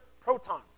proton